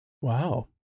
wow